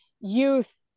youth